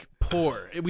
poor